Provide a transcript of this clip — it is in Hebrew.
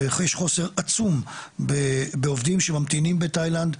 ויש חוסר עצום בעובדים שממתינים בתאילנד,